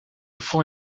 front